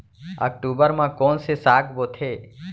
अक्टूबर मा कोन से साग बोथे?